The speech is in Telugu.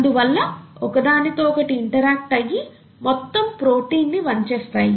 అందువల్ల ఒకదానితో ఒకటి ఇంటరాక్ట్ అయ్యి మొత్తం ప్రోటీన్ ని వంచేస్తాయి